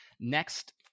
Next